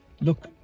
look